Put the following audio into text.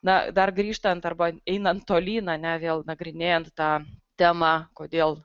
na dar grįžtant arba einant tolyn a ne vėl nagrinėjant tą temą kodėl